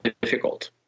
difficult